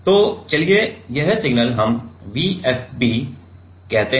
तो चलिए यह सिग्नल हम VFB कहते हैं